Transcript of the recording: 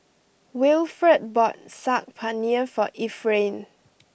Wilfrid bought Saag Paneer for Efrain